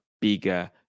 bigger